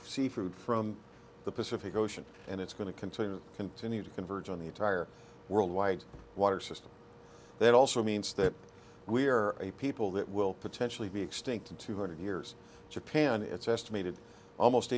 seafood from the pacific ocean and it's going to continue to continue to converge on the entire worldwide water system that also means that we are a people that will potentially be extinct in two hundred years japan it's estimated almost